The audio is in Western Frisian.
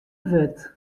wurd